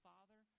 Father